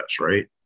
right